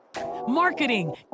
marketing